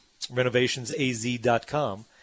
renovationsaz.com